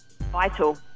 Vital